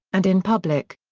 and in public.